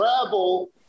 travel